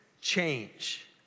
Change